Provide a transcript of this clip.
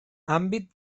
àmbit